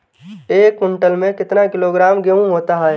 एक क्विंटल में कितना किलोग्राम गेहूँ होता है?